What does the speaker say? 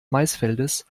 maisfeldes